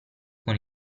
con